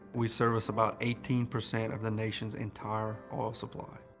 we service about eighteen percent of the nation's entire oil supply.